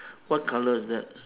what colour is that